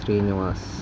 Srinivas